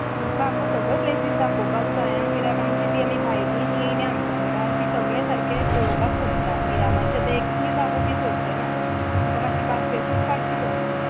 तुमका आमकां सगळ्यो प्लेसीस दाखोवपाक जाय आं कित्याक आमचीं ती आमीं भायलींय तीं येयल्या आमच्या वांगडा आनी तीं सगळें सारकें पळोवपाक सोदता मिरामारचें तें एक्कूय जागो तीं सोडचें ना तुमका मात्शें पासियेसूत काडची पडटली